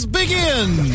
begin